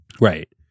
Right